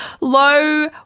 low –